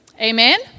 amen